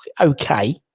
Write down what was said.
okay